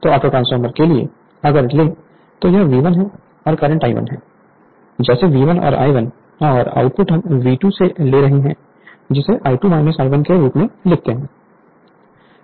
तो ऑटोट्रांसफॉर्मर के लिए अगर ले तो यह V1 है और करंट I1 है जैसे V1 I1 और आउटपुट हम V2 ले रहे हैं जिसे I2 I1 के रूप में लिखते हैं